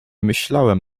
myślałem